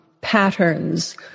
patterns